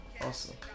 awesome